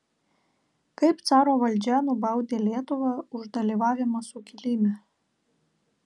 kaip caro valdžia nubaudė lietuvą už dalyvavimą sukilime